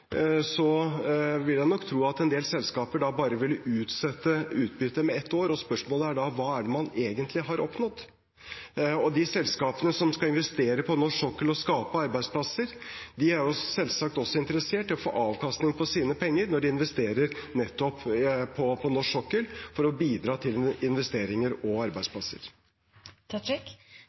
vil jeg nok tro at en del selskaper ville utsette utbyttet med ett år, og spørsmålet er da: Hva er det man egentlig har oppnådd? De selskapene som skal investere på norsk sokkel og skape arbeidsplasser, er selvsagt også interessert i å få avkastning på sine penger når de investerer på norsk sokkel for å bidra til investeringer og